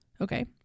Okay